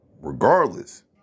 regardless